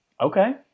Okay